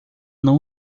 não